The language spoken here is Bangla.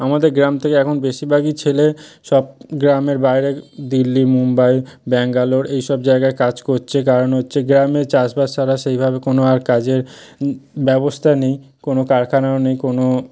আমাদের গ্রাম থেকে এখন বেশিরভাগই ছেলে সব গ্রামের বাইরে দিল্লি মুম্বাই ব্যাঙ্গালোর এই সব জায়গায় কাজ করছে কারণ হচ্ছে গ্রামে চাষবাস ছাড়া সেইভাবে কোনো আর কাজের ব্যবস্থা নেই কোনো কারখানাও নেই কোনো